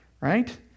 right